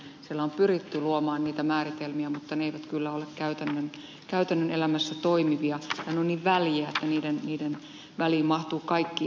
siellä on pyritty luomaan niitä määritelmiä mutta ne eivät kyllä ole käytännön elämässä toimivia tai ne ovat niin väljiä että niiden väliin mahtuu kaikki mahdollinen